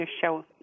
show